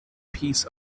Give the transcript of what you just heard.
piece